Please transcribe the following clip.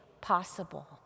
possible